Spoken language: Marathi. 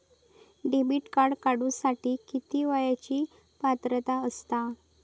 डेबिट कार्ड काढूसाठी किती वयाची पात्रता असतात?